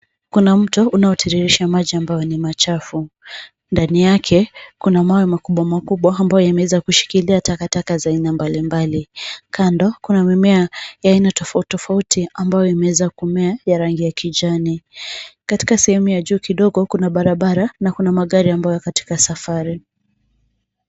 Kuna mto unaotiririsha maji ambayo ni machafu, ndani yake kuna mawe makubwa makubwa ambayo yameweza kushikilia takataka za aina mbali mbali. Kando kuna mimea ya aina tofauti tofauti ambayo imeweza kumea ya rangi kijani katika sehemu ya juu kidogo, kuna barabara na kuna magari ambayo yako katika safari.